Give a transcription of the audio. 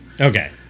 Okay